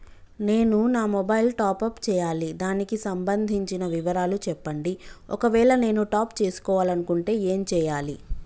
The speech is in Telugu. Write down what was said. నేను నా మొబైలు టాప్ అప్ చేయాలి దానికి సంబంధించిన వివరాలు చెప్పండి ఒకవేళ నేను టాప్ చేసుకోవాలనుకుంటే ఏం చేయాలి?